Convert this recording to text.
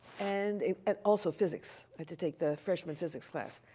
and and also physics. i had to take the freshman physics class.